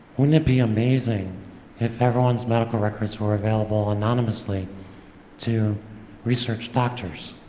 wouldn't it be amazing if everyone's medical records were available anonymously to research doctors?